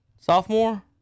sophomore